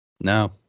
No